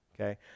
okay